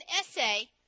essay